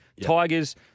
Tigers